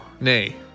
Nay